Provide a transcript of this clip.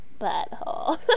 butthole